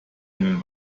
einen